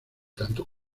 tanto